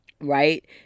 right